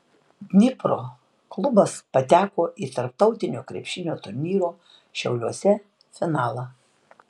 dnipro klubas pateko į tarptautinio krepšinio turnyro šiauliuose finalą